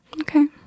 Okay